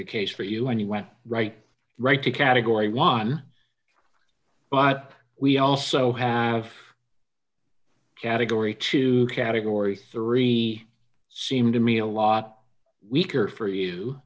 the case for you and you went right right to category one but we also have category two category three seem to me a lot weaker for you